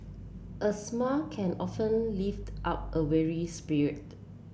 a smile can often lift up a weary spirit